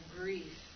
grief